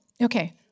Okay